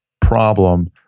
problem